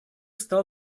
стал